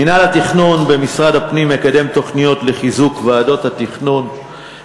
מינהל התכנון במשרד הפנים מקדם תוכניות לחיזוק ועדות התכנון,